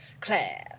Claire